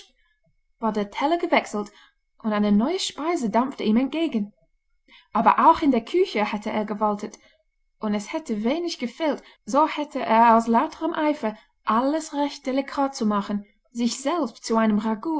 der teller gewechselt und eine neue speise dampfte ihm entgegen aber auch in der küche hatte er gewaltet und es hätte wenig gefehlt so hätte er aus lauterem eifer alles recht delikat zu machen sich selbst zu einem